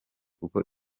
kuko